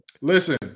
Listen